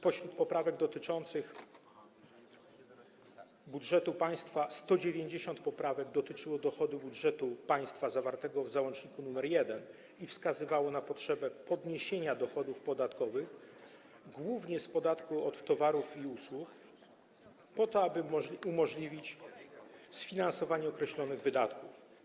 Spośród poprawek dotyczących budżetu państwa 190 poprawek dotyczyło dochodu budżetu państwa zawartego w załączniku nr 1 i wskazywało na potrzebę podniesienia dochodów podatkowych, głównie z podatku od towarów i usług, po to, aby umożliwić sfinansowanie określonych wydatków.